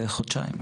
על ידי סיעה וכו'